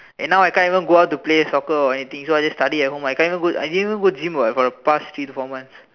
and now I can't even go out to play soccer or anything so I just study at home I can't even go I didn't even go gym what for the past three to four months